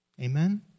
Amen